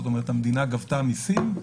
זאת אומרת המדינה גבתה מיסים,